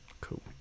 Cool